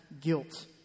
guilt